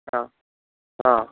ആ ആ